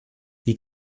wie